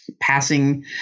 passing